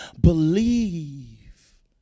believe